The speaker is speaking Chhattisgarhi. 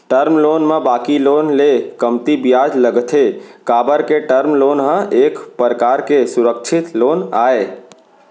टर्म लोन म बाकी लोन ले कमती बियाज लगथे काबर के टर्म लोन ह एक परकार के सुरक्छित लोन आय